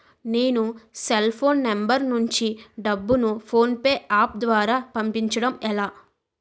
నేను cell phone number నుంచి డబ్బును ను ఫోన్పే అప్ ద్వారా పంపించడం ఎలా?